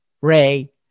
Ray